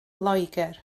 loegr